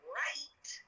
right